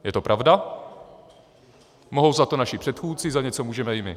Je to pravda, mohou za to naši předchůdci, za něco můžeme i my.